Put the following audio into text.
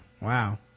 wow